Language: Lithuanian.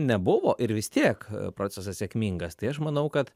nebuvo ir vis tiek procesas sėkmingas tai aš manau kad